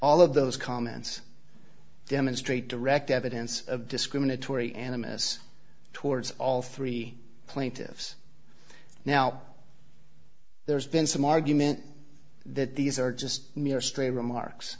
all of those comments demonstrate direct evidence of discriminatory animus towards all three plaintiffs now there's been some argument that these are just mere stray remarks